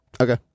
Okay